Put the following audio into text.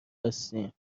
هستیم